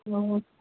ଓହୋ